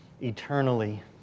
eternally